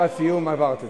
אני לא צריך עזרה.